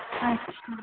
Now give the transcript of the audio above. अच्छा